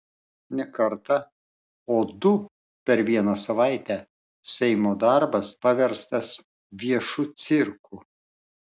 ne kartą o du per vieną savaitę seimo darbas paverstas viešu cirku